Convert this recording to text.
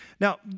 Now